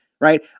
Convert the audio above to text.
right